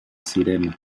sirena